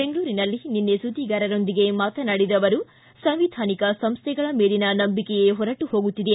ಬೆಂಗಳೂರಿನಲ್ಲಿ ನಿನ್ನೆ ಸುದ್ದಿಗಾರರೊಂದಿಗೆ ಮಾತನಾಡಿದ ಅವರು ಸಂವಿಧಾನಿಕ ಸಂಸ್ಥೆಗಳ ಮೇಲಿನ ನಂಬಿಕೆಯೇ ಹೊರಟು ಹೋಗುತ್ತಿದೆ